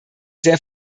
sehr